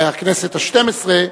הכנסת השתים-עשרה,